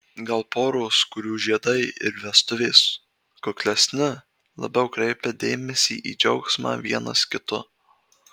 gal poros kurių žiedai ir vestuvės kuklesni labiau kreipia dėmesį į džiaugsmą vienas kitu